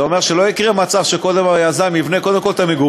זה אומר שלא יקרה מצב שקודם היזם יבנה למגורים,